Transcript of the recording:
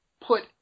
put